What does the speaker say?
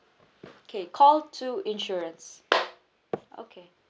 okay call two insurance okay